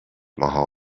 maha